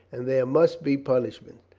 and there must be punishment.